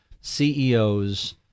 CEOs